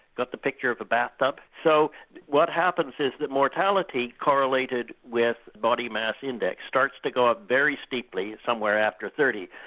got the picture of a bathtub? so what happens is that mortality correlated with body mass index, starts to go up very steeply somewhere after thirty.